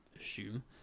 assume